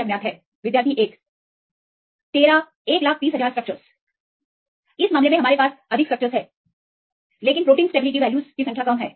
Student 1विद्यार्थी 1 इस मामले में हमारे पास अधिक स्ट्रक्चरस हैं लेकिन स्टेबिलिटी वैल्यू प्रोटीन की कम संख्या के लिए जानते है